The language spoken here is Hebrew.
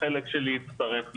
החלק שלי יצטרף לזה,